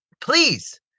please